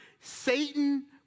Satan